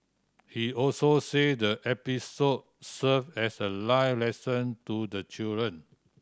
he also said the episode served as a life lesson to the children